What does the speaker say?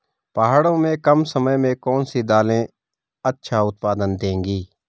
पहाड़ों में कम समय में कौन सी दालें अच्छा उत्पादन देंगी?